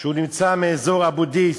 הוא נמצא באזור אבו-דיס,